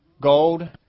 Gold